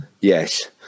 Yes